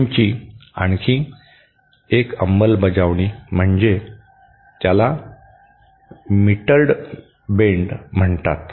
बेंडची आणखी अंमलबजावणी म्हणजे त्याला मिटरड बेंड म्हणतात